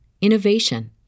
innovation